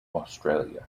australia